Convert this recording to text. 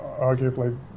arguably